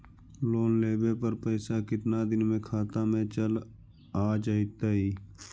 Loan लेब पर पैसा कितना दिन में खाता में चल आ जैताई?